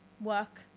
work